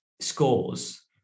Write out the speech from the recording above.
Scores